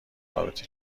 رابطه